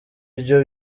byo